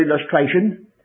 illustration